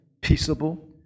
peaceable